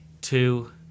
two